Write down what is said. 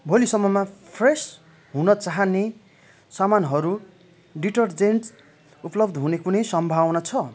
भोलिसम्ममा फ्रेस हुन चाहिने सामानहरू डिटरजेन्ट्स उपलब्ध हुने कुनै सम्भावना छ